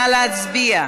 נא להצביע.